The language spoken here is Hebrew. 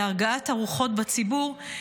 להרגעת הרוחות בציבור,